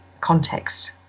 context